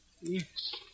Yes